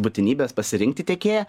būtinybės pasirinkti tiekėją